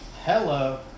Hello